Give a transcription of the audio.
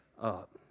up